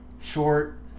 short